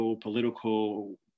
political